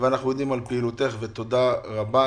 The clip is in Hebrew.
אנחנו יודעים על פעילותך ותודה רבה.